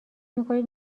میکنید